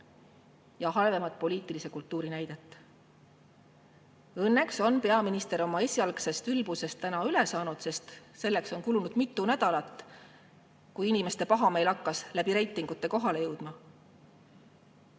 ja halvema poliitilise kultuuri näidet. Õnneks on peaminister oma esialgsest ülbusest üle saanud – selleks on kulunud mitu nädalat –, sest inimeste pahameel hakkas reitingute kaudu kohale jõudma.